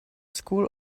school